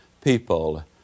people